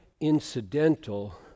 incidental